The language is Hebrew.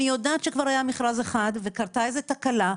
אני יודעת שכבר היה מכרז אחד וקרתה איזושהי תקלה,